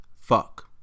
Fuck